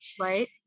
Right